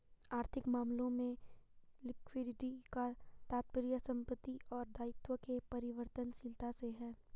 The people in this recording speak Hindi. आर्थिक मामलों में लिक्विडिटी का तात्पर्य संपत्ति और दायित्व के परिवर्तनशीलता से है